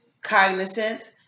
cognizant